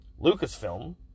Lucasfilm